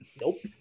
Nope